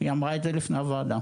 היא אמרה את זה לפני הוועדה.